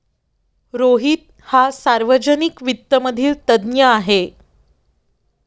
रोहित हा सार्वजनिक वित्त मधील तज्ञ आहे